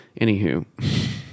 Anywho